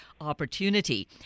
opportunity